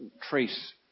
trace